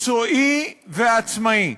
מקצועי ועצמאי.